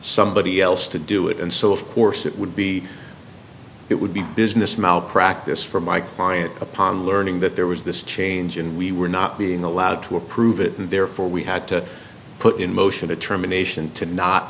somebody else to do it and so of course it would be it would be business malpractise for my client upon learning that there was this change and we were not being allowed to approve it and therefore we had to put in motion determination to not